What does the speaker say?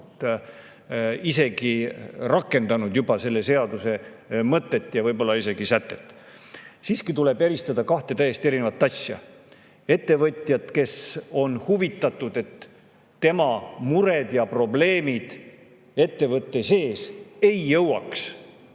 rakendanud selle seaduse mõtet ja võib-olla isegi sätet. Siiski tuleb eristada kahte täiesti erinevat asja. Ettevõtjad, kes on huvitatud, et nende mured ja probleemid ettevõtte sees ei jõuaks